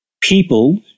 people